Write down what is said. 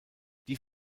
die